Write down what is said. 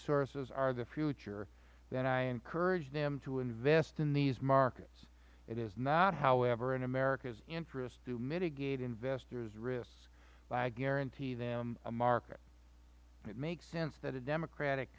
sources are the future then i encourage them to invest in these markets it is not however in america's interests to mitigate investor risk by guaranteeing them a market it makes sense that a democratic